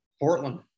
Portland